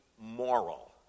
moral